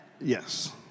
Yes